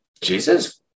Jesus